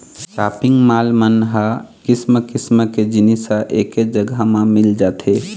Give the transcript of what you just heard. shopping mall मन ह किसम किसम के जिनिस ह एके जघा म मिल जाथे